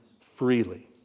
freely